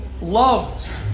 loves